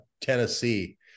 tennessee